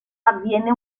avviene